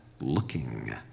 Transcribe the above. looking